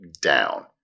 down